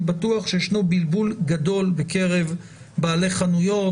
אני בטוח שיש בלבול גדול בקרב בעלי חנויות,